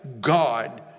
God